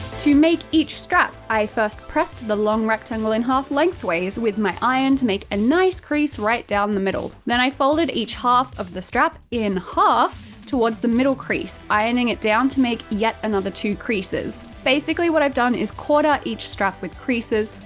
to make each strap, i first pressed the long rectangle in half length ways with my iron to make a nice crease right down the middle. then i folded each half of the strap in half, towards the middle crease, ironing it down to make yet another two creases. basically what i've done is quarter each strap with creases,